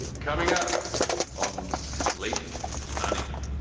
coming up on slate money.